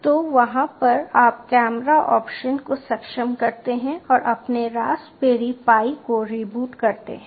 तो वहाँ पर आप कैमरा ऑप्शन को सक्षम करते हैं और अपने रास्पबेरी पाई को रिबूट करते हैं